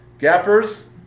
Gappers